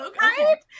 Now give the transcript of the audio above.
Right